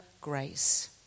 grace